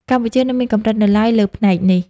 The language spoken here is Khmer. កម្ពុជានៅមានកម្រិតនៅឡើយលើផ្នែកនេះ។